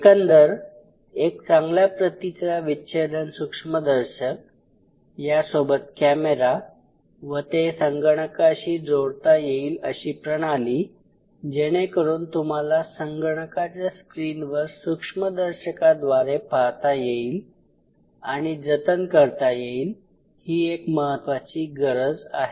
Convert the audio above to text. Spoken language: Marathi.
एकंदर एक चांगल्या प्रतीचा विच्छेदन सूक्ष्मदर्शक यासोबत कॅमेरा व ते संगणकाशी जोडता येईल अशी प्रणाली जेणेकरून तुम्हाला संगणकाच्या स्क्रीनवर सूक्ष्मदर्शकाद्वारे पाहता येईल आणि जतन करता येईल ही एक महत्वाची गरज आहे